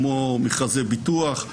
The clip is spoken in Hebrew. כמו מכרזי ביטוח,